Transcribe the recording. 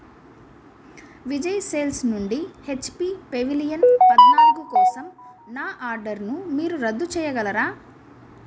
Vijay sales నుండి H P pavilion పద్నాలుగు కోసం నా ఆర్డర్ను మీరు రద్దు చేయగలరా